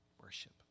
Worship